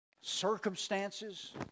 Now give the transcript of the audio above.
circumstances